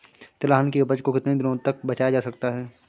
तिलहन की उपज को कितनी दिनों तक बचाया जा सकता है?